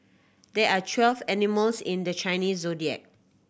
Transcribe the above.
there are twelve animals in the Chinese Zodiac